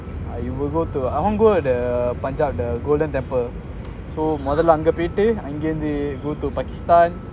I will go to I want go to the the avangovoda the golden temple so மொதல்ல அங்க பொய்டு அங்க இருந்து:mothalla anga poitu anga irunthu go to pakistan